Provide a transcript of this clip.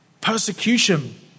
persecution